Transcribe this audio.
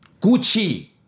Gucci